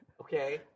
Okay